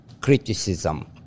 criticism